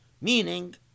Meaning